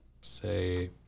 say